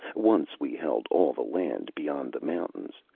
once we held all the land beyond the mountains,